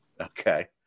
Okay